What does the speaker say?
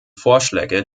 vorschläge